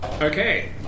Okay